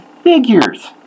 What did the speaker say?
figures